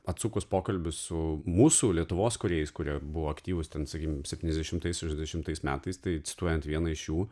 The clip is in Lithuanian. atsukus pokalbius su mūsų lietuvos kūrėjais kurie buvo aktyvūs ten sakykim septyniasdešimtais šešiasdešimtais metais tai cituojant vieną iš jų